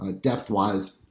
depth-wise